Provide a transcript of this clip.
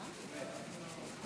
חברי הכנסת,